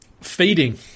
Feeding